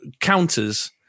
counters